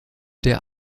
der